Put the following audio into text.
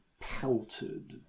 pelted